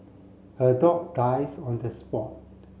her dog dies on the spot